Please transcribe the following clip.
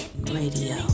radio